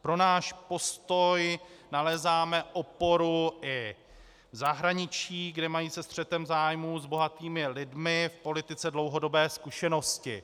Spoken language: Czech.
Pro náš postoj nalézáme oporu i v zahraničí, kde mají se střetem zájmů s bohatými lidmi v politice dlouhodobé zkušenosti.